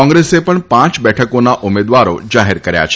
કોંગ્રેસે પણ પાંચ બેઠકોના ઉમેદવારો જાહેર કર્યા છે